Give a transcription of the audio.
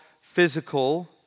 physical